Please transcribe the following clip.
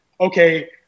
okay